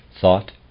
thought